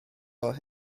fel